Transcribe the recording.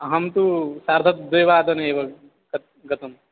अहं तु सार्धद्विवादने एव गत्ं गतम्